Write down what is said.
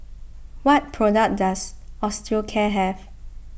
what product does Osteocare have